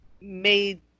made